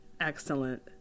excellent